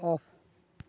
of